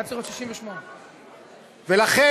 הוא היה צריך להיות בן 68. לכן,